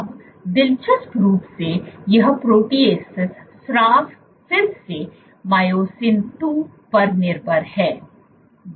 अब दिलचस्प रूप से यह प्रोटीएसस स्राव फिर से मायोसिन 2 पर निर्भर है